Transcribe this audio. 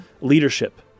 leadership